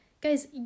Guys